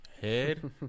Head